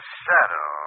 shadow